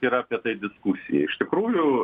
yra apie tai diskusija iš tikrųjų